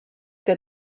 que